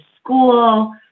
school